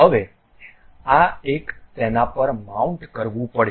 હવે આ એક તેના પર માઉન્ટ કરવું પડશે